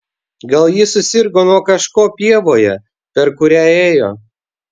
gal ji susirgo nuo kažko pievoje per kurią ėjo